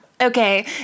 Okay